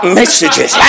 messages